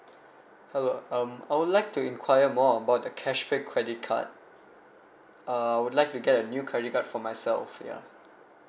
hello um I would like to inquire more about the cashback credit card uh I would like to get a new credit card for myself yeah